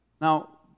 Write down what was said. Now